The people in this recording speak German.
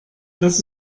das